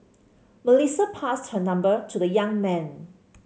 Melissa passed her number to the young man